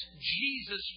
Jesus